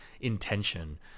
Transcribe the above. intention